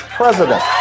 president